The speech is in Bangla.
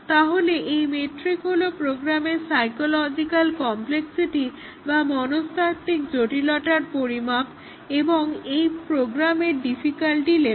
তাহলে McCabe's মেট্রিক হলো প্রোগ্রামের সাইকোলজিকাল কম্প্লেক্সিটি বা মনস্তাত্ত্বিক জটিলতার পরিমাপ বা এই প্রোগ্রামের ডিফিকাল্টি লেভেল